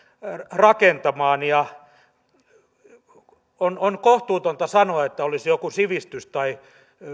rakentamaan on on kohtuutonta sanoa että olisi joku sivistys tai